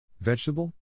Vegetable